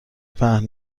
پهن